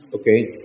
okay